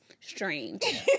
strange